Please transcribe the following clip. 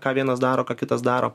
ką vienas daro ką kitas daro